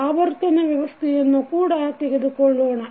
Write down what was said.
ಆವರ್ತನ ವ್ಯವಸ್ಥೆಯನ್ನು ಕೂಡ ತೆಗೆದುಕೊಳ್ಳೋಣ